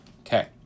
Okay